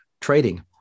trading